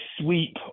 sweep